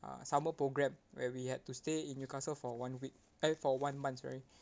uh summer program where we had to stay in newcastle for one week eh for one month sorry